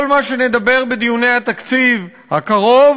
כל מה שנדבר בדיוני התקציב הקרוב